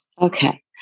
Okay